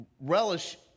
relish